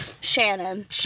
Shannon